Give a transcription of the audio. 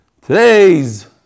Today's